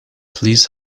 please